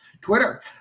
twitter